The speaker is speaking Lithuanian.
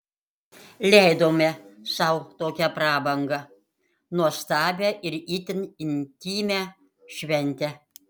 leidome sau tokią prabangą nuostabią ir itin intymią šventę